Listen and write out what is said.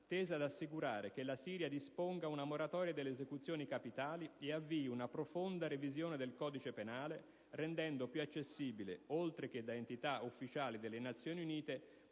tesa ad assicurare che la Siria disponga una moratoria delle esecuzioni capitali e avvii una profonda revisione del codice penale, rendendo più accessibile, oltre che da entità ufficiali delle Nazioni Unite